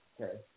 Okay